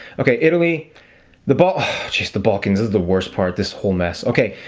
okay, italy the bal jeez the balkans the worst part this whole mess, okay?